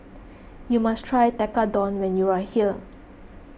you must try Tekkadon when you are here